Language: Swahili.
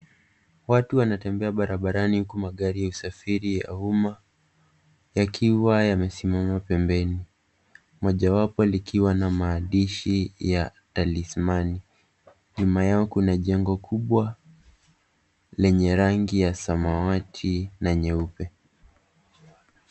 Watu wanatembea barabarani huku magari ya usafiri ya umma yakiwa yamesimama pembeni, mojawapo likiwa na maandishi ya Talismani. Nyuma yao kuna jengo kubwa lenye rangi ya samawati na nyeupe.